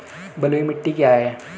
बलुई मिट्टी क्या है?